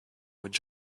would